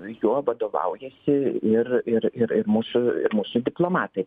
juo vadovaujasi ir ir ir ir mūsų ir mūsų diplomatai